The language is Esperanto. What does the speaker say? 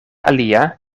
alia